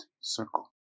circle